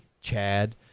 chad